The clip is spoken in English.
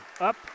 up